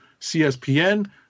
CSPN